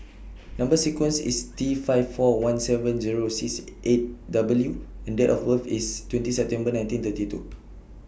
Number sequence IS T five four one seven Zero six eight W and Date of birth IS twenty September nineteen thirty two